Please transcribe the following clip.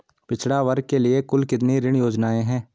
पिछड़ा वर्ग के लिए कुल कितनी ऋण योजनाएं हैं?